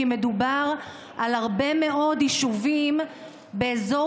כי למעשה מדובר על הרבה מאוד יישובים באזור